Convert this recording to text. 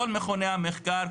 כל מכוני המחקר,